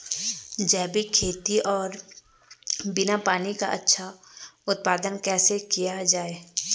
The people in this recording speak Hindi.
जैविक खेती और बिना पानी का अच्छा उत्पादन कैसे किया जाए?